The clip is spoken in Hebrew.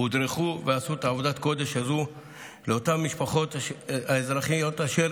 הודרכו ועשו את עבודת הקודש הזו לאותן משפחות ואזרחים אשר